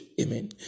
Amen